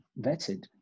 vetted